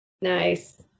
Nice